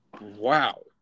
wow